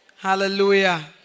Hallelujah